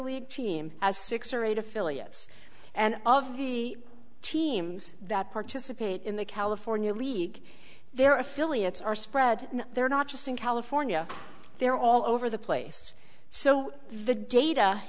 league team has six or eight affiliates and all of the teams that participate in the california league their affiliates are spread there not just in california they're all over the place so the data